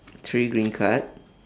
three green card